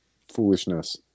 foolishness